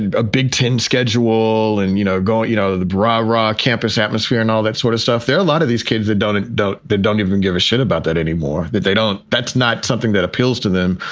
and a big ten schedule and, you know, go at, you know, the bra rah campus atmosphere and all that sort of stuff. there are a lot of these kids that don't and don't they don't even give a shit about that anymore, that they don't that's not something that appeals to them.